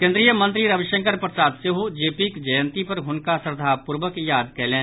केंद्रीय मंत्री रविशंकर प्रसाद सेहो जेपीक जयंती पर हुनका श्रद्धापूर्वक याद कयलनि